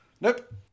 Nope